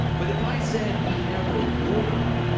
but if i said, we never were,